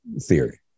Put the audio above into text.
theory